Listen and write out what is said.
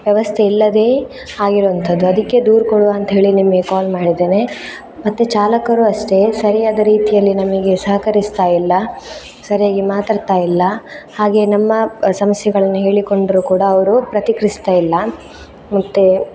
ವ್ಯವಸ್ಥೆ ಇಲ್ಲದೆ ಆಗಿರುವಂತದ್ದು ಅದಕ್ಕೆ ದೂರು ಕೊಡುವ ಅಂತ್ಹೇಳಿ ನಿಮಗೆ ಕಾಲ್ ಮಾಡಿದ್ದೇನೆ ಮತ್ತು ಚಾಲಕರು ಅಷ್ಟೇ ಸರಿಯಾದ ರೀತಿಯಲ್ಲಿ ನಮಗೆ ಸಹಕರಿಸ್ತಾಯಿಲ್ಲ ಸರಿಯಾಗಿ ಮಾತಾಡ್ತಾಯಿಲ್ಲ ಹಾಗೇ ನಮ್ಮ ಸಮಸ್ಯೆಗಳನ್ನು ಹೇಳಿಕೊಂಡರು ಕೂಡ ಅವರು ಪ್ರತಿಕ್ರಿಯಿಸ್ತಾಯಿಲ್ಲ ಮತ್ತು